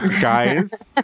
Guys